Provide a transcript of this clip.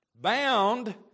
Bound